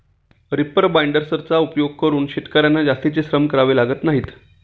reaper बाइंडर्सचा उपयोग करून शेतकर्यांना जास्तीचे श्रम करावे लागत नाही